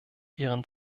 ihren